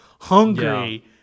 hungry